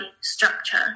structure